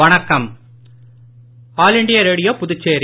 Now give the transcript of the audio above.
வணக்கம் all India Radio Puducherry